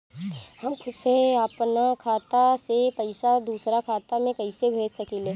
हम खुद से अपना खाता से पइसा दूसरा खाता में कइसे भेज सकी ले?